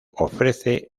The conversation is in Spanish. ofrece